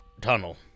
tunnel